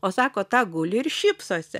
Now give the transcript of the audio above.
o sako ta guli ir šypsosi